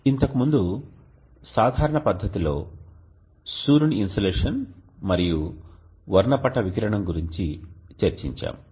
ఇంతకుముందు సాధారణ పద్ధతిలో సూర్యుని ఇన్సోలేషన్ మరియు వర్ణపట వికిరణం గురించి చర్చించాము